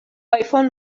آیفون